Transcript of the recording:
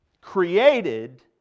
created